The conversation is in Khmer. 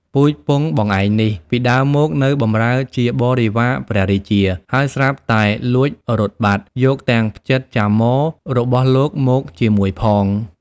ពូជពង្សបងឯងនេះ ពីដើមមកនៅបម្រើជាបរិពារព្រះរាជា ហើយស្រាប់តែលួចរត់បាត់ យកទាំងផ្ចិតចាមររបស់លោកមកជាមួយផង"។